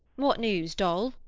what news, dol?